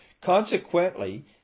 Consequently